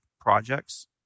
projects